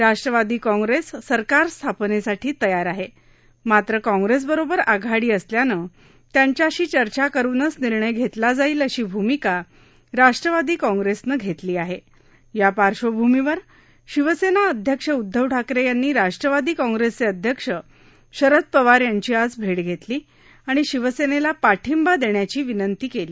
राष्ट्रवादी काँग्रस्तसरकार स्थापनसीठी तयार आहा मात्र काँग्रस्त्ररोबर आघाडी असल्यानं त्यांच्याशी चर्चा करुनच निर्णय घस्त्राा जाईल अशी भूमिका राष्ट्रवादी काँग्रस्तां घस्तिी आहा आ पार्श्वभूमीवर शिवसत्ता अध्यक्ष उद्धव ठाकर यांनी राष्ट्रवादी काँग्रस्ट्रा अध्यक्ष शरद पवार यांची आज भटा घरली आणि शिवसम्रस्त्री पाठिंबा दर्ष्याची विनंती त्यांना कली